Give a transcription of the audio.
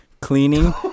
cleaning